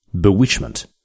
bewitchment